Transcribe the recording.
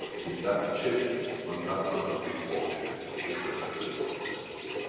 is that chip on that concrete wall if any of you remember nineteen ninety s,